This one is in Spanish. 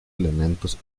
elementos